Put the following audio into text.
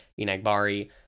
Inagbari